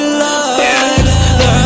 love